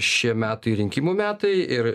šie metai rinkimų metai ir